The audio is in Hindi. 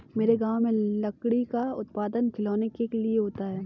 मेरे गांव में लकड़ी का उत्पादन खिलौनों के लिए होता है